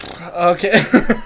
okay